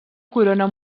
corona